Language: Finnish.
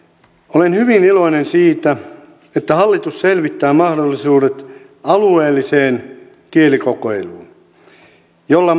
olen hyvin iloinen että hallitus selvittää mahdollisuudet alueelliseen kielikokeiluun jolla